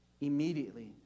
immediately